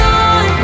on